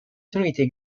tonalité